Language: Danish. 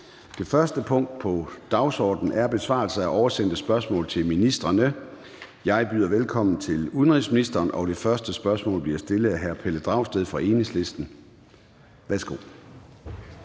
Det første punkt på dagsordenen er: 1) Besvarelse af oversendte spørgsmål til ministrene (spørgetid). Kl. 13:00 Formanden (Søren Gade): Jeg byder velkommen til udenrigsministeren, og det første spørgsmål bliver stillet af hr. Pelle Dragsted fra Enhedslisten. Kl.